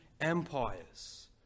empires